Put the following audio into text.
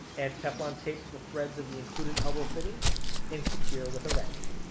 add teflon tape to the threads of the included elbow fitting and secure with a wrench.